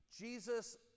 Jesus